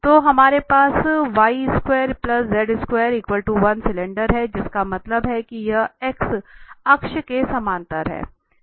तो हमारे पास सिलेंडर है जिसका मतलब है कि यह x अक्ष के समानांतर है